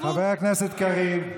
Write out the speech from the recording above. חבר הכנסת קריב.